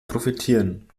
profitieren